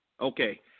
Okay